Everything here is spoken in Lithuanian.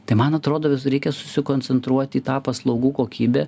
tai man atrodo visur reikia susikoncentruoti į tą paslaugų kokybę